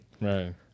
Right